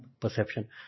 perception